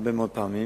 הרבה מאוד פעמים.